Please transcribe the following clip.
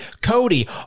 Cody